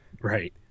Right